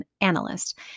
analyst